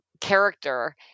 character